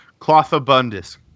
Clothabundus